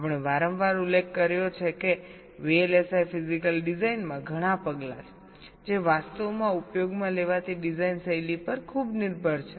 આપણે વારંવાર ઉલ્લેખ કર્યો છે કે VLSI ફિઝિકલ ડિઝાઇનમાં ઘણા પગલાં છે જે વાસ્તવમાં ઉપયોગમાં લેવાતી ડિઝાઇન શૈલી પર ખૂબ નિર્ભર છે